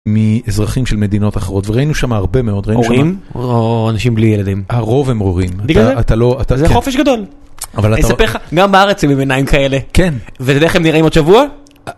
מאזרחים של מדינות אחרות וראינו שם הרבה מאוד. -הורים או אנשים בלי ילדים? -הרוב הם הורים. אתה לא אתה... -זה חופש גדול. -אבל אתה לא... -אני אספר לך, גם בארץ הם עם עיניים כאלה. -כן -ואתה יודע איך הם נראים עוד שבוע?